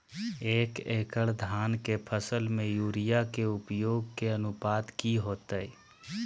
एक एकड़ धान के फसल में यूरिया के उपयोग के अनुपात की होतय?